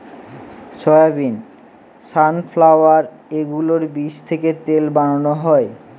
soybean, sunflower এগুলোর বীজ থেকে তেল বানানো হয়